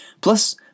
Plus